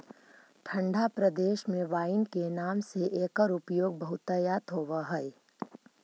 ठण्ढा प्रदेश में वाइन के नाम से एकर उपयोग बहुतायत होवऽ हइ